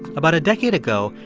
about a decade ago,